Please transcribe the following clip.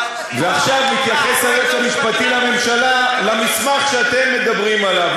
ועכשיו התייחס היועץ המשפטי לממשלה למסמך שאתם מדברים עליו.